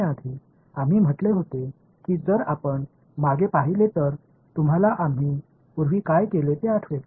எனவே இந்த சமன்பாட்டைத் தீர்க்க நாம் முன்பு செய்ததை நினைவில் வைத்திருந்தால் நீங்கள் அதை திரும்பிப் பாருங்கள் என்று நாங்கள் கூறினோம்